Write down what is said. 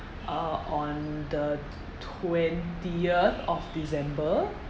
uh on the twentieth of december